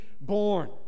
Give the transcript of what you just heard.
born